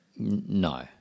No